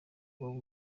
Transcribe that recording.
buba